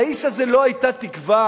לאיש הזה לא היתה תקווה.